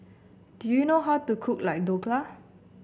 do you know how to cook Dhokla